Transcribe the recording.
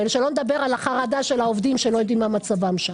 ושלא נדבר על החרדה של העובדים שלא יודעים מה מצבם שם.